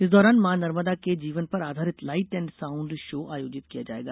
इस दौरान मां नर्मदा के जीवन पर आधारित लाइट एण्ड साउण्ड शो आयोजित किया जाएगा